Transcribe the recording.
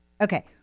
okay